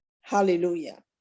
hallelujah